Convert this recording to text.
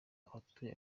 abatuye